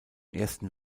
ersten